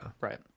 Right